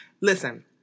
Listen